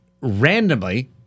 randomly